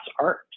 art